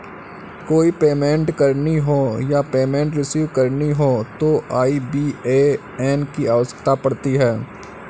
कोई पेमेंट करनी हो या पेमेंट रिसीव करनी हो तो आई.बी.ए.एन की आवश्यकता पड़ती है